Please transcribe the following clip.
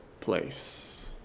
place